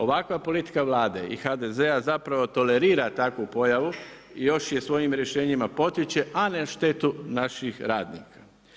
Ovakva politika Vlade i HDZ-a, zapravo tolerira takvu pojavu i još je svojim rješenjima potiče a na štetu naših radnika.